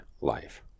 life